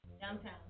downtown